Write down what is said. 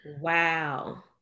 wow